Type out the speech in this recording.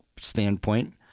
standpoint